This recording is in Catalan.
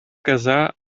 casar